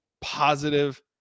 positive